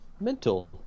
mental